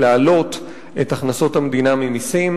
להעלות את הכנסות המדינה ממסים.